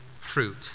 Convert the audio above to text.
fruit